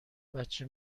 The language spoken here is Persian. بچه